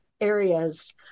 areas